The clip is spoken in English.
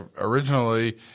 Originally